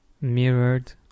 mirrored